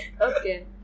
Okay